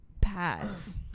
pass